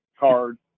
card